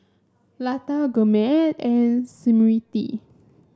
Lata Gurmeet and Smriti